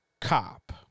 cop